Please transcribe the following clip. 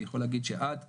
אני יכול להגיד שעד כה,